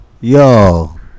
Yo